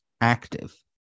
active